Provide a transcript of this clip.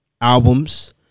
albums